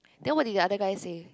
then what did the other guy say